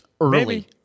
Early